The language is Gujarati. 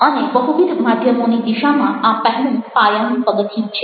અને બહુવિધ માધ્યમોની દિશામાં આ પહેલું પાયાનું પગથિયું છે